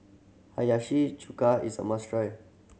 Hiyashi Chuka is a must try